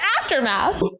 aftermath